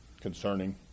concerning